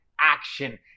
action